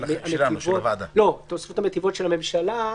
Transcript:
הממשלה,